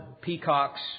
peacocks